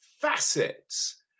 facets